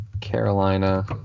Carolina